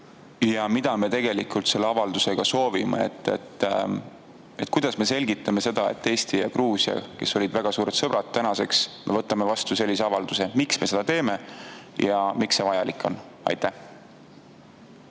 ja mida me tegelikult selle avaldusega soovime. Kuidas me selgitame seda, et Eesti ja Gruusia olid väga suured sõbrad, aga täna me võtame vastu sellise avalduse? Miks me seda teeme ja miks see vajalik on? Aitäh,